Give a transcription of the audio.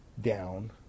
down